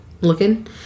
looking